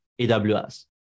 AWS